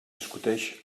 discuteix